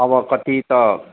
अब कति त